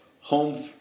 home